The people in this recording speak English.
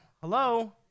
Hello